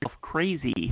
crazy